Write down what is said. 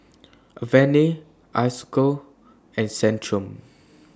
Avene Isocal and Centrum